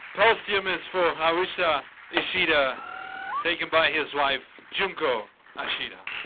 posthumous for haruhisa ishida taken by his wife, junko ah ishida.